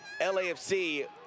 LAFC